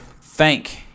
thank